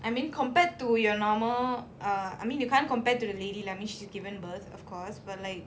I mean compared to your normal ah I mean you can't compare it to the lady lah I mean she's given birth of course but like